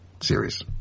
Series